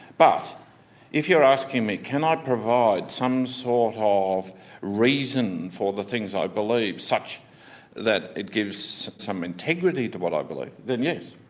but if you're asking me, can i provide some sort ah of reason for the things i believe such that it gives some integrity to what i believe, then yes.